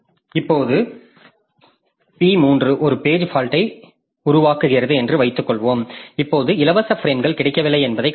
இப்போது p3 ஒரு page ஃபால்ட்யை உருவாக்குகிறது என்று வைத்துக்கொள்வோம் இப்போது இலவச பிரேம்கள் கிடைக்கவில்லை என்பதைக் காண்கிறோம்